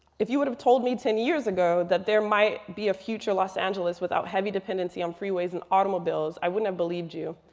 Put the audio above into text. if you would have told me ten years ago that there might be a future los angeles without heavy dependency on freeways and automobiles, i wouldn't have believed you.